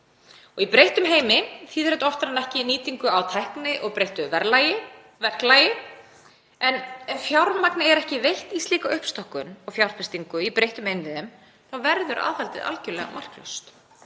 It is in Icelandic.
Í breyttum heimi þýðir þetta oftar en ekki nýtingu á tækni og breyttu verklagi en ef fjármagnið er ekki veitt í slíka uppstokkun og fjárfestingu í breyttum innviðum verður aðhaldið algjörlega marklaust.